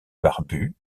barbue